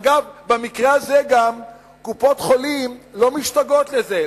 אגב, במקרה הזה גם קופות-חולים לא משתגעות על זה.